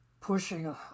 Pushing